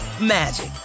magic